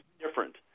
different